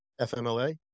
FMLA